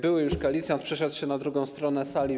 Były już koalicjant przeszedł na drugą stronę sali.